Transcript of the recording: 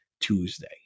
Tuesday